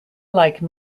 like